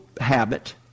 habit